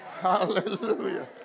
Hallelujah